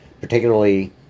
Particularly